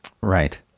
Right